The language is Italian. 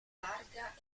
larga